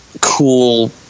cool